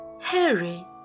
Harry